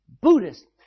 Buddhist